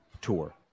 tour